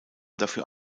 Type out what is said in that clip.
dafür